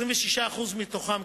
26% מתוכם,